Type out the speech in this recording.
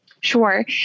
Sure